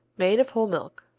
made of whole milk.